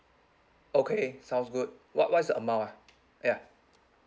okay sounds good what what is the amount ah ya